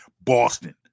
Boston